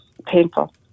Painful